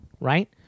right